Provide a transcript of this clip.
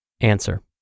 Answer